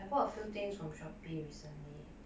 I bought a few things from shopee recently